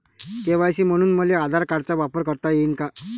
KYC म्हनून मले आधार कार्डाचा वापर करता येईन का?